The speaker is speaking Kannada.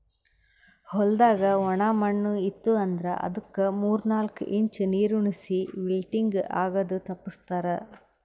ಹೊಲ್ದಾಗ ಒಣ ಮಣ್ಣ ಇತ್ತು ಅಂದ್ರ ಅದುಕ್ ಮೂರ್ ನಾಕು ಇಂಚ್ ನೀರುಣಿಸಿ ವಿಲ್ಟಿಂಗ್ ಆಗದು ತಪ್ಪಸ್ತಾರ್